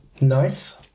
Nice